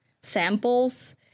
samples